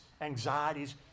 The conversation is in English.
anxieties